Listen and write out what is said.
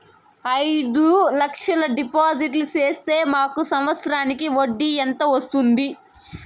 అయిదు లక్షలు డిపాజిట్లు సేస్తే మాకు సంవత్సరానికి వడ్డీ ఎంత వస్తుంది?